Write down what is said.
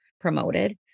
promoted